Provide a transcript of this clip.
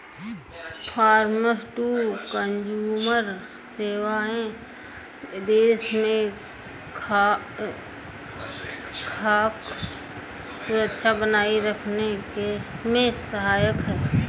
farmer to consumer सेवाएं देश में खाद्य सुरक्षा बनाए रखने में सहायक है